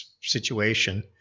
situation